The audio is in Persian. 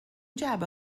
جعبه